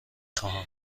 خواهم